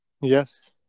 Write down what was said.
yes